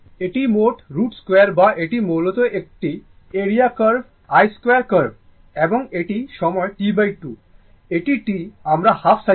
এটি মোট 2 root বা এটি মূলত এই এরিয়ার কার্ভ I 2 কার্ভ এবং এটি সময় T2 এটি T আমরা হাফ সাইকেল নেব